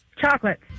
Chocolate